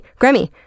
Grammy